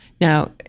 Now